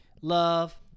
Love